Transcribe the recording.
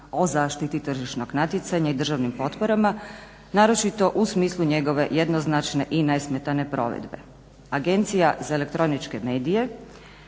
o zaštiti tržišnog natjecanja i državnim potporama naročito u smislu njegove jednoznačne i nesmetane provedbe. Agencija za elektroničke medije